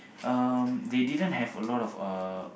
um they didn't have a lot of uh